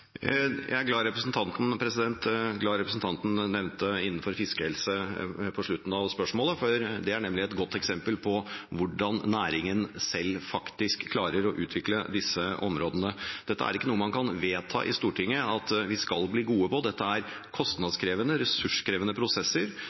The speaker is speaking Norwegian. glad representanten nevnte fiskehelse på slutten av spørsmålet, for det er nemlig et godt eksempel på hvordan næringen selv faktisk klarer å utvikle disse områdene. Dette er ikke noe man kan vedta i Stortinget at vi skal bli gode på; dette er kostnadskrevende, ressurskrevende prosesser